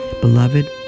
Beloved